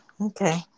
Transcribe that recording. Okay